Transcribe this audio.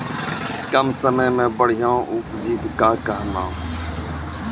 कम समय मे बढ़िया उपजीविका कहना?